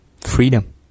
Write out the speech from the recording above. freedom